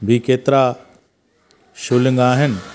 बि केतिरा शिवलिंग आहिनि